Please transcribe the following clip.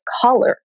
color